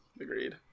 Agreed